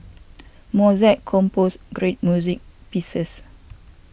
Mozart composed great music pieces